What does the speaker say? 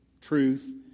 truth